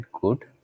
good